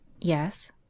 Yes